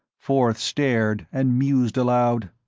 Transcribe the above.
forth stared and mused aloud,